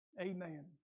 Amen